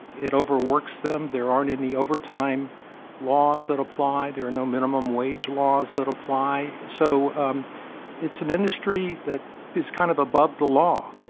it overworks them. there aren't any overtime laws that apply. there are no minimum wage laws that apply. so um it's an industry that is kind of above the law